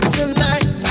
Tonight